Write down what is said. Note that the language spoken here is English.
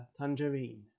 tangerine